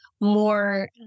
more